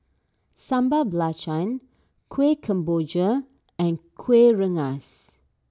Sambal Belacan Kueh Kemboja and Kuih Rengas